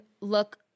look